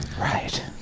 Right